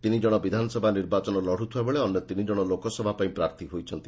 ତିନି କଣ ବିଧାନଭା ନିର୍ବାଚନ ଲତୁଥିବା ବେଳେ ଅନ୍ୟ ତିନି ଜଶ ଲୋକସଭା ପାଇଁ ପ୍ରାର୍ଥୀ ହୋଇଛନ୍ତି